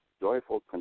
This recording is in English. joyful